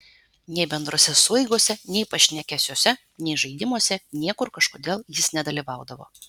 nei bendrose sueigose nei pašnekesiuose nei žaidimuose niekur kažkodėl jis nedalyvaudavo